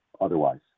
otherwise